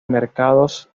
mercados